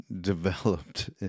developed